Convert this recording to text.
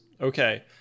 Okay